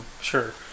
sure